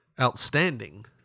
outstanding